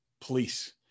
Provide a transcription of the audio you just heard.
police